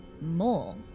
more